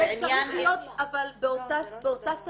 אבל זה צריך להיות באותה סלסלה.